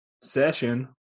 session